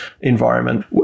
environment